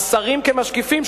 על שרים שמשקיפים.